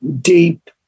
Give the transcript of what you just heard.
deep